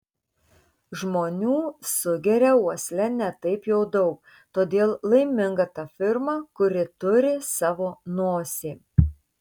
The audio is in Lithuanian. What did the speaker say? žmonių sugeria uosle ne taip jau daug todėl laiminga ta firma kuri turi savo nosį